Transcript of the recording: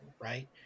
right